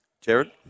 Jared